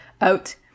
out